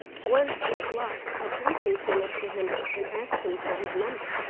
once, in a block, a policeman came up to him, and asked him for his number.